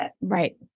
Right